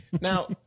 now